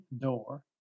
door